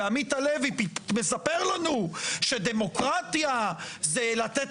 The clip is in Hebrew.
ועמית הלוי מספר לנו שדמוקרטיה זה לתת